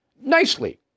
nicely